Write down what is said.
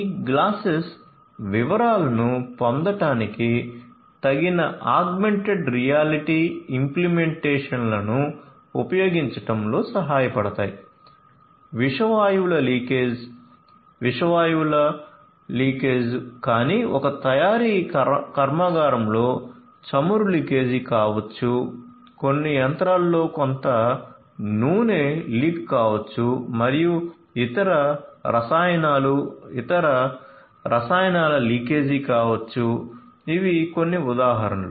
ఈ గ్లాసెస్ వివరాలను పొందడానికి తగిన ఆగ్మెంటెడ్ రియాలిటీ ఇంప్లిమెంటేషన్లను ఉపయోగించడంలో సహాయపడతాయి విష వాయువుల లీకేజ్ విష వాయువుల లీకేజ్ కానీ ఒక తయారీ కర్మాగారంలో చమురు లీకేజీ కావచ్చు కొన్ని యంత్రంలో కొంత నూనె లీక్ కావచ్చు మరియు ఇతర రసాయనాలు ఇతర రసాయనాల లీకేజీ కావచ్చు ఇవి కొన్ని ఉదాహరణలు